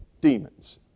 demons